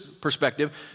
perspective